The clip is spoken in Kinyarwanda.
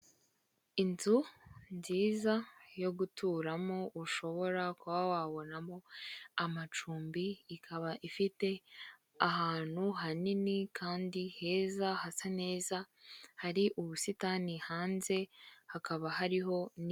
Inzu nziza yo guturamo ushobora kuba wabonamo amacumbi, ikaba ifite ahantu hanini kandi heza hasa neza hari ubusitani hanze hakaba hariho.